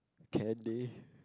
candy